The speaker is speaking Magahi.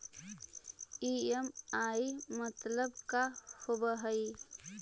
ई.एम.आई मतलब का होब हइ?